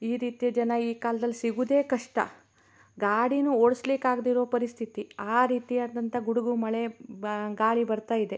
ಈ ರೀತಿಯ ಜನ ಈ ಕಾಲ್ದಲ್ಲಿ ಸಿಗುವುದೇ ಕಷ್ಟ ಗಾಡಿನೂ ಓಡ್ಸ್ಲಿಕ್ಕೆ ಆಗದೆ ಇರೋ ಪರಿಸ್ಥಿತಿ ಆ ರೀತಿಯಾದಂಥ ಗುಡುಗು ಮಳೆ ಬಾ ಗಾಳಿ ಬರ್ತಾ ಇದೆ